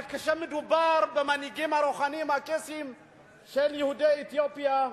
אבל כאשר מדובר במנהיגים הרוחניים של יהודי אתיופיה,